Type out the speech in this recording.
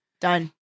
Done